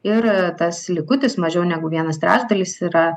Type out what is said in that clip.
ir tas likutis mažiau negu vienas trečdalis yra